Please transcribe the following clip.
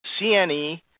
CNE